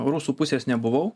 rusų pusės nebuvau